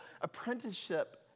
apprenticeship